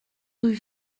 rue